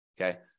okay